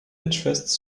interests